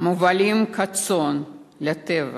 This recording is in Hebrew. מובלים כצאן לטבח,